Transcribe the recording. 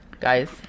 guys